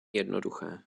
jednoduché